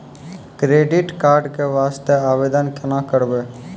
Credit card के वास्ते आवेदन केना करबै?